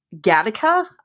Gattaca